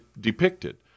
depicted